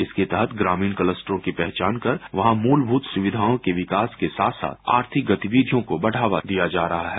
इसके तहत ग्रामीण कलस्ट्रों की पहचान कर वहां मूलभूत सुविधाओं के विकास के साथ साथ आर्थिक गतिविधियों को बढ़ावा दिया जा रहा है